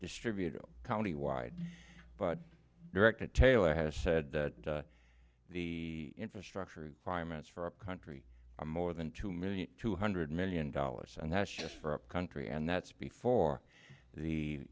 distribute countywide but directed taylor has said that the infrastructure requirements for our country are more than two million two hundred million dollars and that's just for our country and that's before the